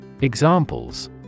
Examples